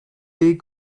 les